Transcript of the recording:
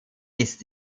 ist